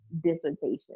dissertation